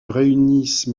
réunissent